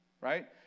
Right